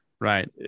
Right